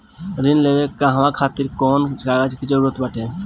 ऋण लेने के कहवा खातिर कौन कोन कागज के जररूत बाटे?